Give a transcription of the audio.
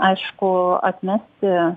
aišku atmesti